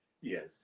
Yes